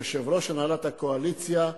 ליושב-ראש הנהלת הקואליציה,